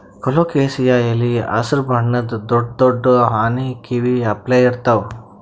colocasia ಎಲಿ ಹಸ್ರ್ ಬಣ್ಣದ್ ದೊಡ್ಡ್ ದೊಡ್ಡ್ ಆನಿ ಕಿವಿ ಅಪ್ಲೆ ಇರ್ತವ್